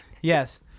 Yes